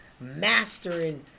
mastering